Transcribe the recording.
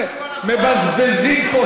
מה שאני עושה בעניין הזה, הקמתי צוות פעולה.